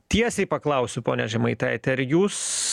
tiesiai paklausiu pone žemaitaiti ar jūs